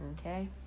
Okay